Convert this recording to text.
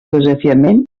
desafiament